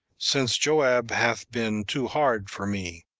since joab hath been too hard for me,